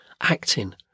acting